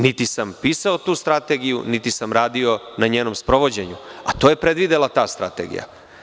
Niti sam pisao tu strategiju, niti sam radio na njenom sprovođenju, a to je predvidela ta strategija.